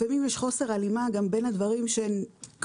לפעמים יש חוסר הלימה גם בין הדברים שכתובים